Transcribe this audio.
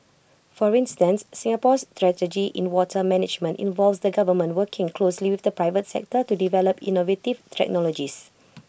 for instance Singapore's strategy in water management involves the government working closely with the private sector to develop innovative check knowledges